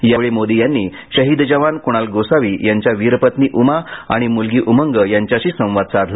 यावेळी प्रधानमंत्री मोदी यांनी शहीद जवान कुणाल गोसावी यांच्या वीरपत्नी उमा आणि मुलगी उमंग यांच्याशी संवाद साधला